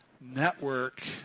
network